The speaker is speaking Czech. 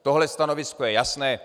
Tohle stanovisko je jasné.